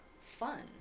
fun